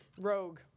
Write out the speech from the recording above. Rogue